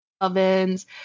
ovens